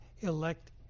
elect